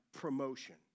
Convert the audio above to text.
promotion